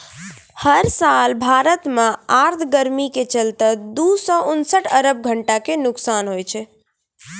हर साल भारत मॅ आर्द्र गर्मी के चलतॅ दू सौ उनसठ अरब घंटा के नुकसान होय छै